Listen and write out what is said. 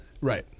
Right